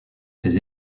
ses